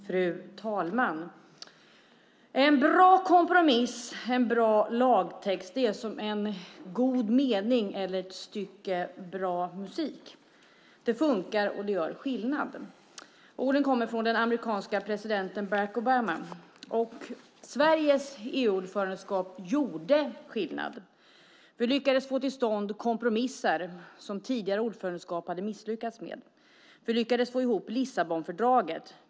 Fru talman! En bra kompromiss och en bra lagtext är som en god mening eller ett stycke bra musik. Det funkar, och det gör skillnad. Orden kommer från den amerikanska presidenten Barack Obama. Sveriges EU-ordförandeskap gjorde skillnad. Vi lyckades få till stånd kompromisser som tidigare ordförandeskap hade misslyckats med. Vi lyckades få ihop Lissabonfördraget.